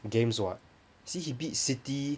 games [what] see he beat city